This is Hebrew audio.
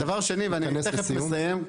דבר שני, ואני תכף מסיים.